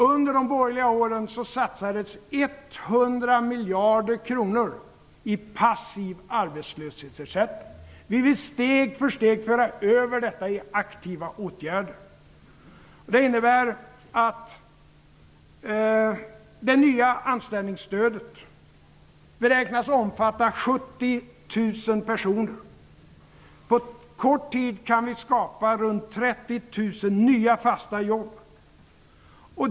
Under de borgerliga åren satsades 100 miljarder kronor för passiv arbetslöshetsersättning. Vi vill steg för steg föra över detta i aktiva åtgärder. Det innebär att det nya anställningsstödet beräknas omfatta 70 000 personer. På kort tid kan vi skapa runt 30 000 nya fasta jobb.